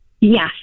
Yes